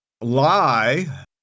lie